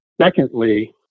secondly